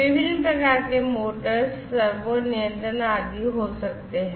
विभिन्न प्रकार के मोटर्स सर्वो नियंत्रण आदि हो सकते हैं